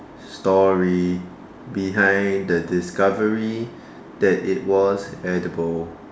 story behind the discovery that it was edible